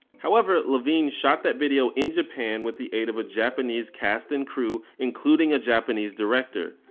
however, lavigne shot that video in japan with the aid of a japanese cast and crew including a japanese director,